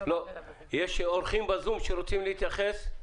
יש אורחים בזום שרוצים להתייחס?